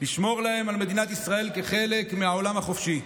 לשמור להם על מדינת ישראל כחלק מהעולם החופשי.